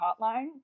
hotline